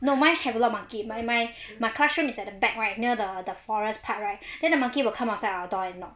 not mine have a lot monkey my my my classroom is at a back right near the forest part right then the monkey will come outside our door